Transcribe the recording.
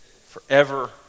forever